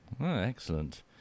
Excellent